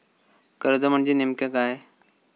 कर्ज म्हणजे नेमक्या काय?